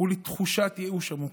ולתחושת ייאוש עמוקה.